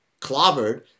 clobbered